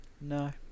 no